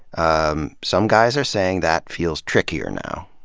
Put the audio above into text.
um some guys are saying that feels trickier now.